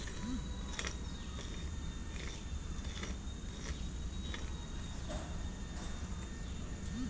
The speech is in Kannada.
ಅಲ್ಪಕಾ ಫೈಬರ್ ನಿಂದ ತಯಾರಿಸಿದ ಬಟ್ಟೆಗಳು ಮೃಧುವಾಗಿ ಮತ್ತು ಉಷ್ಣ ನಿರೋಧಕವಾಗಿರುತ್ತದೆ